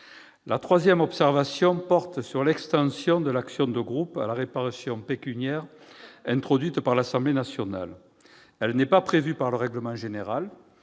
Troisième observation : l'extension de l'action de groupe à la réparation pécuniaire, introduite par l'Assemblée nationale, n'est pas prévue par le règlement général,